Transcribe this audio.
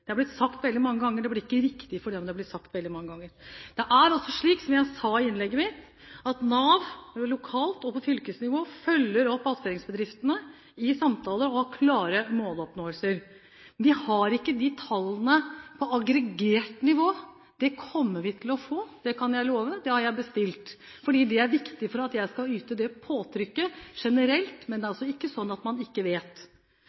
Det er blitt sagt veldig mange ganger, men det blir ikke riktig selv om det blir sagt veldig mange ganger. Det er altså slik, som jeg sa i innlegget mitt, at Nav lokalt og på fylkesnivå følger opp attføringsbedriftene i samtaler og har klare måloppnåelser. Vi har ikke de tallene på aggregert nivå. Det kommer vi til å få, det kan jeg love, det har jeg bestilt. Det er viktig for at jeg skal kunne øve et påtrykk generelt, men det er altså ikke sånn at man ikke vet.